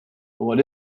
what